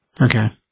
Okay